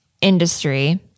industry